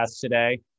today